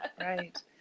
right